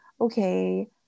okay